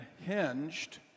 hinged